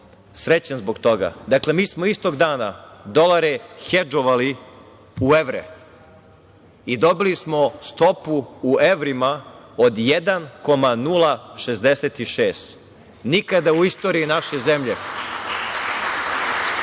srećan zbog toga, dakle, mi smo istog dana dolare hedžovali u evre i dobili smo stopu u evrima od 1,066%. Nikada u istoriji naše zemlje